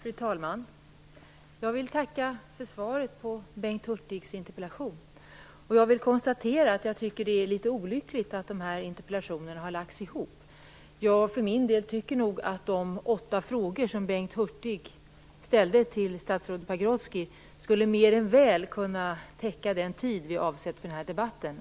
Fru talman! Jag vill tacka för svaret på Bengt Hurtigs interpellation. Jag vill också konstatera att jag tycker att det är litet olyckligt att de här interpellationerna har lagts ihop. Jag för min del tycker nog att de åtta frågor som Bengt Hurtig ställde till statsrådet Pagrotsky mer än väl skulle kunna täcka den tid vi avsett för den här debatten.